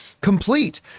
complete